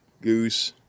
goose